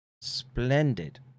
splendid